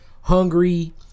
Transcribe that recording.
hungry